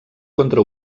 contra